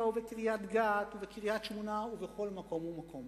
ובקריית-גת ובקריית-שמונה ובכל מקום ומקום.